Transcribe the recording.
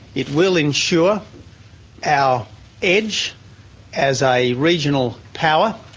it will ensure our edge as a regional power.